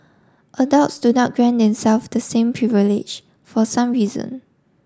adults do not grant themselves the same privilege for some reason